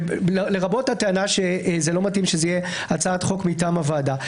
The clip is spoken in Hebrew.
לרבות הטענה שזה לא מתאים שזאת תהיה הצעת חוק מטעם הוועדה.